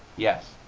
yes